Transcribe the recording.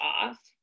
off